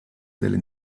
delle